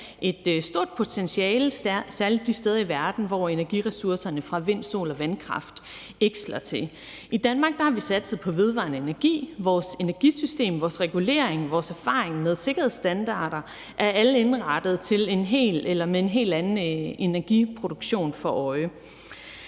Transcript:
et stort potentiale, særlig de steder i verden, hvor energiressourcerne fra vind-, sol- og vandkraft ikke slår til. I Danmark har vi satset på vedvarende energi. Vores energisystem, vores regulering og vores erfaring med sikkerhedsstandarder er alt sammen indrettet med en helt anden energiproduktion for øje.